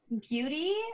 beauty